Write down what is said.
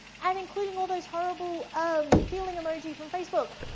and including all those horrible um feeling emoji from facebook